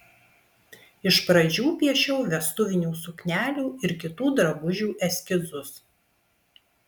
iš pradžių piešiau vestuvinių suknelių ir kitų drabužių eskizus